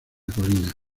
colina